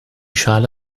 schale